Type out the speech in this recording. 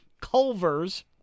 Culver's